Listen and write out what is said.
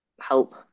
help